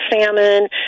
salmon